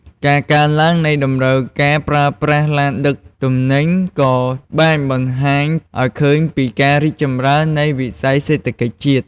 ការកើនឡើងនៃតម្រូវការប្រើប្រាស់ឡានដឹកទំនិញក៏បានបង្ហាញឱ្យឃើញពីការរីកចម្រើននៃវិស័យសេដ្ឋកិច្ចជាតិ។